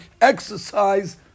exercise